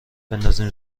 بندازیم